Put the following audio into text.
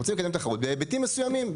אנחנו רוצים לקדם תחרות בהיבטים מסוימים,